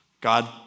God